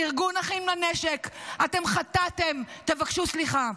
ארגון אחים לנשק, אתם חטאתם, תבקשו סליחה.